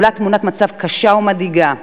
עולה תמונת מצב קשה ומדאיגה.